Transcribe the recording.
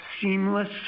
seamless